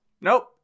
nope